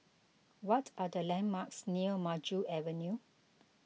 what are the landmarks near Maju Avenue